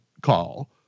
call